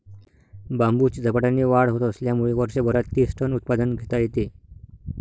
बांबूची झपाट्याने वाढ होत असल्यामुळे वर्षभरात तीस टन उत्पादन घेता येते